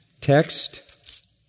text